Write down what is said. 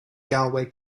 galway